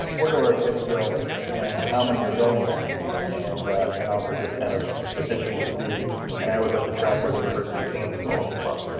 where do our ah kids go and how many are going there and then? also just kind of it's interesting to see and i always like to track where the university of kansas falls as well.